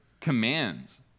commands